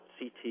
CT